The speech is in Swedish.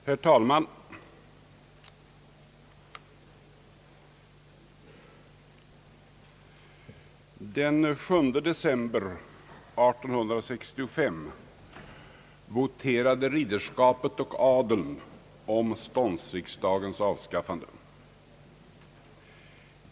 Herr talman! Den 7 december 1865 voterade ridderskapet och adeln om ståndsriksdagens avskaffande.